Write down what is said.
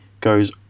goes